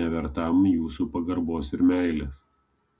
nevertam jūsų pagarbos ir meilės